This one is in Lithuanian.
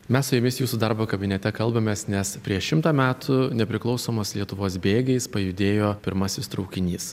mes su jumis jūsų darbo kabinete kalbamės nes prieš šimtą metų nepriklausomos lietuvos bėgiais pajudėjo pirmasis traukinys